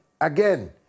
again